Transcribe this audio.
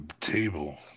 table